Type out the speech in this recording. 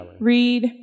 read